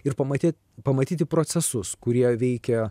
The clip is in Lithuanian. ir pamatyt pamatyti procesus kurie veikia